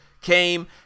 came